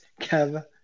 Kev